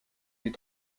les